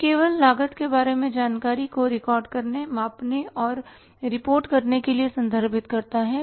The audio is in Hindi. यह केवल लागत के बारे में जानकारी को रिकॉर्ड करने मापने और रिपोर्ट करने के लिए संदर्भित करता है